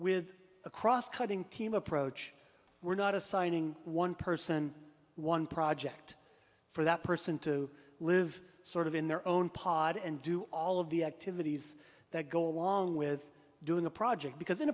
with a cross cutting team approach we're not assigning one person one project for that person to live sort of in their own pod and do all of the activities that go along with doing a project because